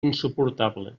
insuportable